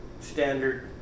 standard